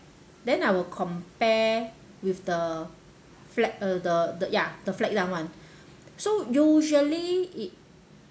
then I will compare with the flag uh the the yeah the flag down one so usually it